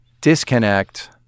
disconnect